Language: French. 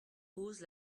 cause